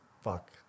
Fuck